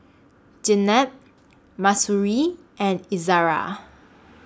Jenab Mahsuri and Izara